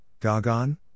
Gagan